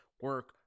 Work